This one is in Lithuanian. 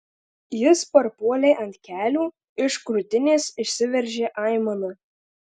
jis parpuolė ant kelių iš krūtinės išsiveržė aimana